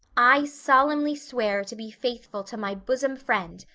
i solemnly swear to be faithful to my bosom friend,